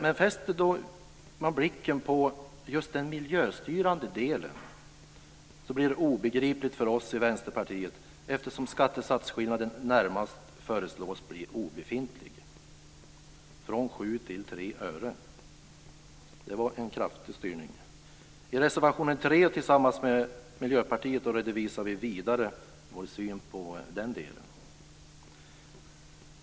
Men fäster man blicken på den miljöstyrande delen blir detta obegripligt för oss i Vänsterpartiet, eftersom skattesatsskillnaden närmast föreslås bli obefintlig - från 7 till 3 öre. Det var en kraftig styrning! I reservation 3 har vi tillsammans med Miljöpartiet vidare redovisat vår syn på den delen.